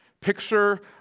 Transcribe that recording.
Picture